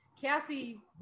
Cassie